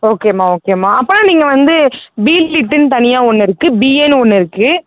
ஓகேம்மா ஓகேம்மா அப்போனா நீங்கள் வந்து பி லிட்டுன்னு தனியாக ஒன்று இருக்கு பிஏன்னு ஒன்று இருக்கு